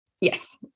yes